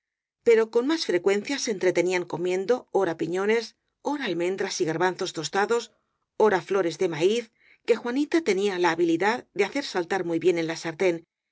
pero con más frecuencia se entretenían comiendo ora piñones ora almendras y garbanzos tostados ora flores de maíz que juanita tenía la habilidad de hacer saltar muy bien en la sartén